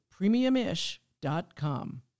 premiumish.com